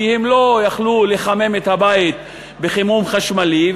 כי הם לא יכלו לחמם את הבית בחימום חשמלי,